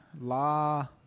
la